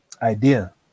idea